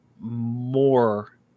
more